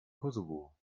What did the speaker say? kosovo